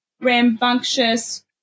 rambunctious